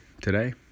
today